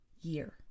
year